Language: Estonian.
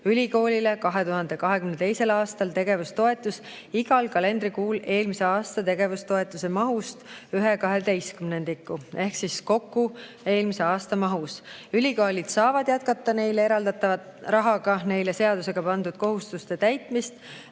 ülikoolile 2022. aastal tegevustoetust igal kalendrikuul eelmise aasta tegevustoetuse mahust ühe kaheteistkümnendiku [ulatuses] ehk kokku [terve] eelmise aasta mahus. Ülikoolid saavad jätkata neile eraldatava rahaga neile seadusega pandud kohustuste täitmist,